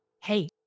Hey